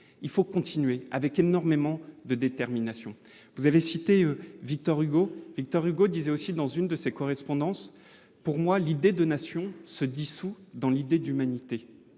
Il faut continuer avec énormément de détermination. Victor Hugo écrivait aussi, dans une de ses correspondances :« Pour moi, l'idée de nation se dissout dans l'idée d'humanité. »